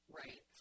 right